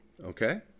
Okay